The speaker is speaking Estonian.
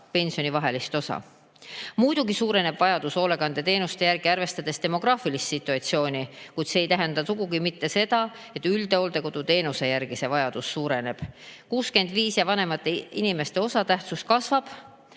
pensioni vahelist osa. Muidugi suureneb vajadus hoolekandeteenuste järgi, arvestades demograafilist situatsiooni, kuid see ei tähenda sugugi mitte seda, et üldhooldekodu teenuse järgi vajadus suureneb. 65 ja vanemate inimeste osatähtsus kasvab